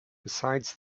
besides